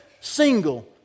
single